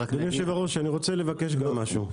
אדוני יושב הראש אני רוצה לבקש גם משהו.